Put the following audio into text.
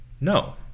no